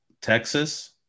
Texas